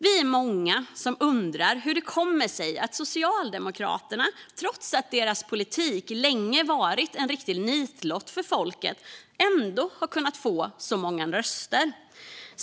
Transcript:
Vi är många som undrar hur det kommer sig att Socialdemokraterna, trots att deras politik länge varit en riktig nitlott för folket, har kunnat få så många röster.